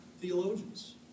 theologians